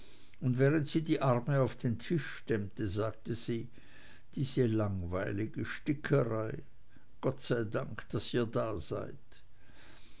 und während sie die arme auf den tisch stemmte sagte sie diese langweilige stickerei gott sei dank daß ihr da seid